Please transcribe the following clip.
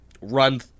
run